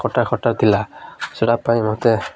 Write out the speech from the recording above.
ଖଟା ଖଟା ଥିଲା ସେଟା ପାଇଁ ମୋତେ